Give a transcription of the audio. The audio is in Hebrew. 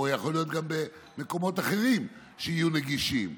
ויכול להיות גם במקומות אחרים שיהיו נגישים.